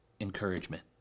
encouragement